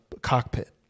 cockpit